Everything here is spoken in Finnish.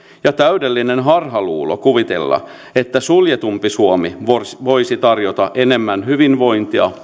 ja täydellinen harhaluulo kuvitella että suljetumpi suomi voisi voisi tarjota enemmän hyvinvointia